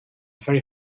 very